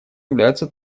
являются